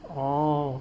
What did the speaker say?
orh